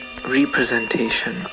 representation